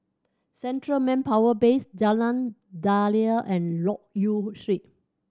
Central Manpower Base Jalan Daliah and Loke Yew Street